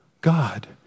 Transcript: God